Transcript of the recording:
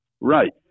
Right